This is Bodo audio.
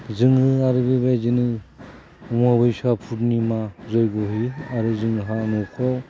जोङो आरो बेबायदिनो अमाबस्या पुर्निमा जय्ग होयो आरो जोंहा न'खौ